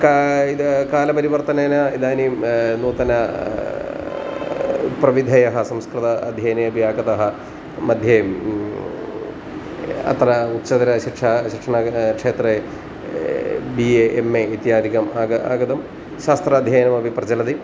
का इतः कालपरिवर्तनेन इदानीं नूतन प्रविधयः संस्कृत अध्ययने अपि आगतः मध्ये अत्र उच्चतरशिक्षा शिक्षणक्षेत्रे बि ए एम् ए इत्यादिकम् आगतं आगतं शास्त्राध्ययनमपि प्रचलति